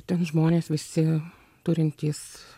ten žmonės visi turintys